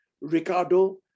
Ricardo